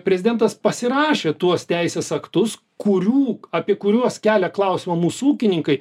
prezidentas pasirašė tuos teisės aktus kurių apie kuriuos kelia klausimą mūsų ūkininkai